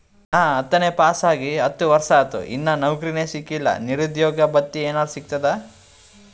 ನಾ ಹತ್ತನೇ ಪಾಸ್ ಆಗಿ ಹತ್ತ ವರ್ಸಾತು, ಇನ್ನಾ ನೌಕ್ರಿನೆ ಸಿಕಿಲ್ಲ, ನಿರುದ್ಯೋಗ ಭತ್ತಿ ಎನೆರೆ ಸಿಗ್ತದಾ?